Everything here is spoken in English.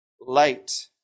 light